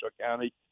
County